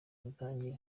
dutangire